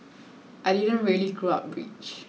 I didn't really grow up rich